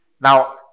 Now